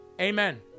Amen